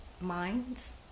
minds